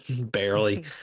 barely